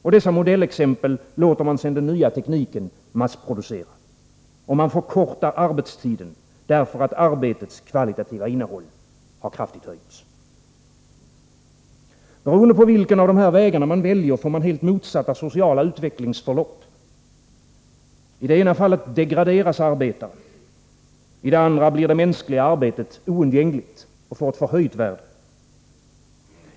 Och dessa modellexempel låter man sedan den nya tekniken massproducera. Och man förkortar arbetstiden därför att arbetets kvalitativa innehåll kraftigt har höjts. Beroende på vilken väg man väljer får man helt motsatta sociala utvecklingsförlopp. I det ena fallet degraderas arbetaren, i det andra blir det mänskliga arbetet oundgängligt och får ett förhöjt värde.